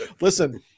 Listen